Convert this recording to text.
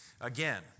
again